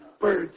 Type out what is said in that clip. Birds